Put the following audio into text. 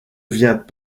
vient